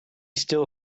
still